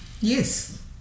Yes